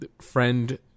Friend